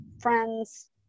friends